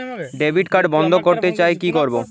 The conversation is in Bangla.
ডেবিট কার্ড বন্ধ করতে চাই কি করব?